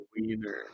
wiener